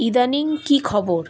ইদানিং কি খবর